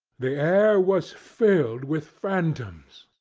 the air was filled with phantoms,